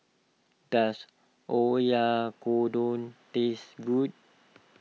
does Oyakodon taste good